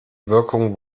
wirkung